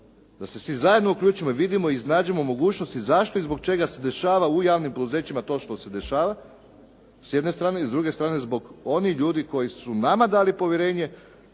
da se svi zajedno uključimo i vidimo i iznađemo mogućnosti zašto i zbog čega se dešava u javnim poduzećima to što se dešava s jedne strane. I s druge strane, zbog onih ljudi koji su nama dali povjerenje,